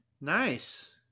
Nice